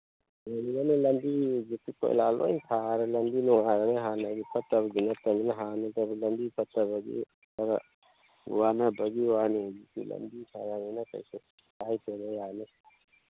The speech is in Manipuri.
ꯂꯝꯕꯁꯤꯡꯁꯤ ꯀꯣꯏꯂꯥ ꯂꯣꯏ ꯊꯥꯔ ꯂꯝꯕꯤ ꯅꯨꯡꯉꯥꯏꯔꯅꯤ ꯍꯥꯟꯅꯒꯤ ꯐꯠꯇꯕꯗꯨ ꯅꯠꯇꯝꯅꯤꯅ ꯍꯥꯟꯅꯩꯗꯕꯨ ꯂꯝꯕꯤ ꯐꯠꯇꯕꯒꯤ ꯈꯔ ꯋꯥꯅꯕꯒꯤ ꯋꯥꯅꯤ ꯍꯧꯖꯤꯛꯇꯤ ꯂꯝꯕꯤ ꯆꯥꯎꯔꯝꯅꯤꯅ ꯀꯩꯁꯨ ꯀꯥꯏꯗꯦꯗ ꯌꯥꯅꯤ